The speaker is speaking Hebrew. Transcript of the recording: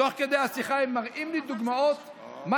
תוך כדי השיחה הם מראים לי דוגמאות מה